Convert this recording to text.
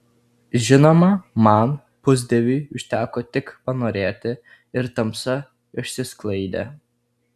žinoma man pusdieviui užteko tik panorėti ir tamsa išsisklaidė